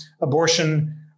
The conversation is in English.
abortion